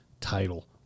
title